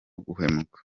guhumeka